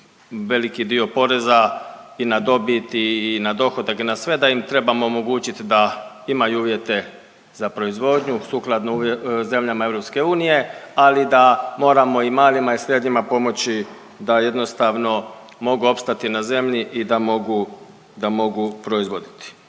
veliki dio poreza i na dobit i na dohodak i na sve, da im treba omogućit da imaju uvjete za proizvodnju sukladno zemljama EU ali da moramo i malima i srednjima pomoći da jednostavno mogu opstati na zemlji i da mogu, da mogu proizvoditi.